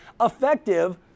Effective